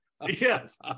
Yes